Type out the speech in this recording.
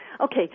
Okay